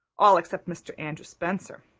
all except mr. andrew spencer.